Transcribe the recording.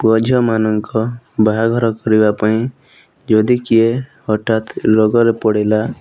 ପୁଅଝିଅମାନଙ୍କ ବାହାଘର କରିବାପାଇଁ ଯଦି କିଏ ହଠାତ୍ ରୋଗରେ ପଡ଼ିଲା